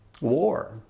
war